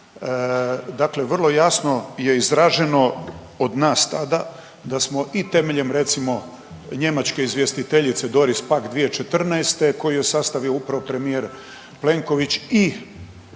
Dakle vrlo jasno je izraženo od nas tada da smo i temeljem recimo njemačke izvjestiteljice Doris Pack 2014. koju je sastavio upravo premijer Plenković i